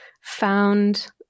found